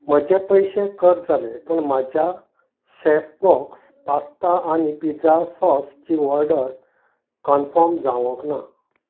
म्हजे पयशे कट जाले पूण म्हज्या शेफबॉक्स पास्ता आनी पिझ्झा सॉसची ऑर्डर कन्फर्म जावंक ना